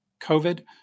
COVID